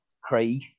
Craig